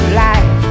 life